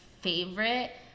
favorite